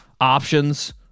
options